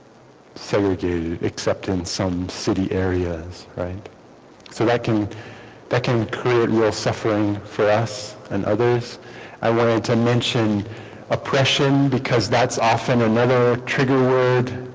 segregated except in some city areas right so that can that can create your suffering for us and others i wanted to mention oppression because that's often another trigger word